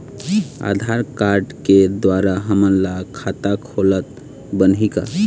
आधार card के द्वारा हमन ला खाता खोलत बनही का?